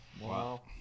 Wow